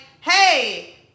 hey